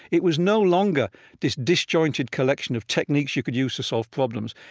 it was no longer this disjointed collection of techniques you could use to solve problems.